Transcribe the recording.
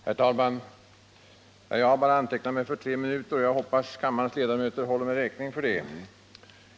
Herr talman! Jag har bara antecknat mig för tre minuter, och jag hoppas kammarens ledamöter håller mig räkning för det.